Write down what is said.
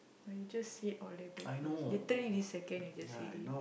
but you just said all day breakfast literally this second you just said it